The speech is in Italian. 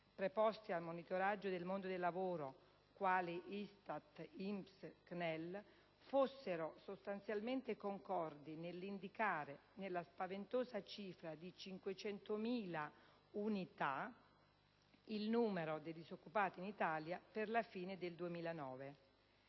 preposti al monitoraggio del mondo del lavoro (ISTAT, INPS, CNEL) fossero sostanzialmente concordi nell'indicare nella spaventosa cifra di 500.000 unità il numero dei disoccupati in Italia per la fine del 2009;